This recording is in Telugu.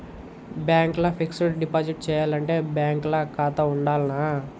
బ్యాంక్ ల ఫిక్స్ డ్ డిపాజిట్ చేయాలంటే బ్యాంక్ ల ఖాతా ఉండాల్నా?